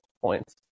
points